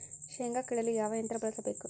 ಶೇಂಗಾ ಕೇಳಲು ಯಾವ ಯಂತ್ರ ಬಳಸಬೇಕು?